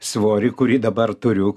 svorį kurį dabar turiu